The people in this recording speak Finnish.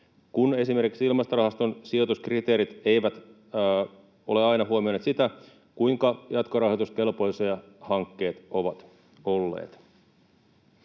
kun esimerkiksi Ilmastorahaston sijoituskriteerit eivät ole aina huomioineet sitä, kuinka jatkorahoituskelpoisia hankkeet ovat olleet.